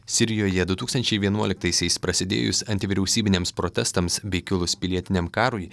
sirijoje du tūkstančiai vienuoliktaisiais prasidėjus antivyriausybiniams protestams bei kilus pilietiniam karui